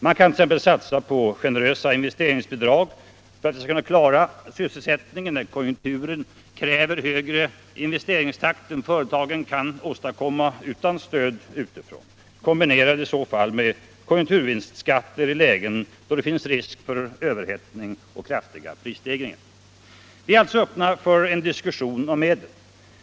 Man kan t.ex. satsa på generösa investeringsbidrag för att vi skall kunna klara sysselsättningen när konjunkturen kräver högre investeringstakt än företagen kan åstadkomma utan stöd utifrån — kombinerade, i så fall, med konjunkturvinstskatter i lägen då det finns risk för överhettning och kraftiga prisstegringar. Vi är alltså öppna för en diskussion om medlen.